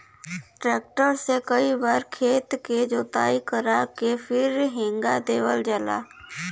tractor से कई बार खेत के जोताई करा के फिर हेंगा देवल जाला